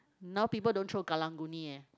now people don't throw karang-guni eh